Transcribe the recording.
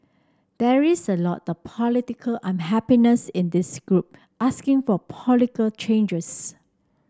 there is a lot of political unhappiness in this group asking for political changes